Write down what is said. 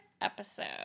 episode